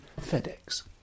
FedEx